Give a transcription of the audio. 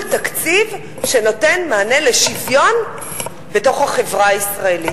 תקציב שנותן מענה לשוויון בתוך החברה הישראלית.